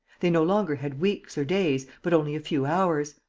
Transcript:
they no longer had weeks or days, but only a few hours,